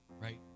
right